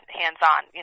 hands-on